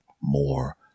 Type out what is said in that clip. more